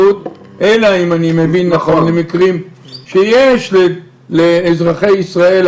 אני יכול להגיד לך באופן ודאי שכל אירוע של כיפת שמיים וכל אירוע ספורט,